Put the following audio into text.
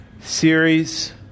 series